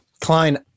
Klein